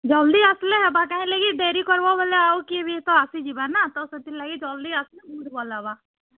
ଜଲ୍ଦି ଆସ୍ଲେ ହେବା କାଏଁହେଲା କି ଡ଼େରି କର୍ବ ବେଲେ ଆଉ କିହେ ବି ତ ଆସିଯିବା ନା ତ ସେଥିର୍ଲାଗି ଜଲ୍ଦି ଆସ୍ଲେ ବହୁତ୍ ଭଲ୍ ହେବା